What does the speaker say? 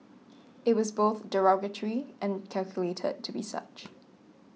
it was both derogatory and calculated to be such